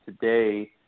today